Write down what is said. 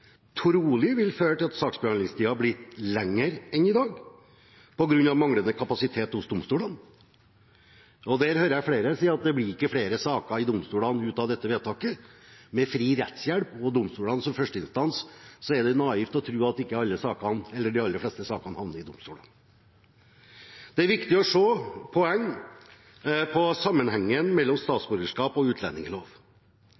trolig vil føre til at saksbehandlingstiden blir lengre enn i dag på grunn av manglende kapasitet hos domstolene. Jeg hører flere si at det ikke blir flere saker i domstolene ut fra dette vedtaket. Med fri rettshjelp og domstolene som første instans er det naivt å tro at ikke de aller fleste sakene havner i domstolene. Det er viktig å se på sammenhengen mellom